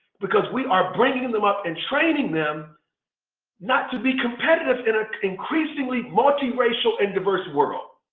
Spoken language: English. because we are bringing them up and training them not to be competitive in an increasingly multiracial and diverse world.